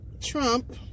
Trump